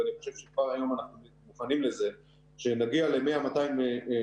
ואני חושב שכבר היום אנחנו מוכנים לזה שמגיע ל-200-100 חולים